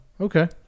okay